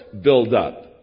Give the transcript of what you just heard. buildup